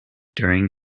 during